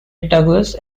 douglas